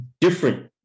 different